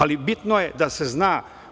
Ali, bitno je da se zna.